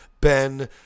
Ben